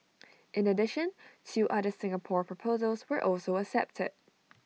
in addition two other Singapore proposals were also accepted